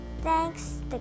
Thanks